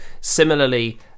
similarly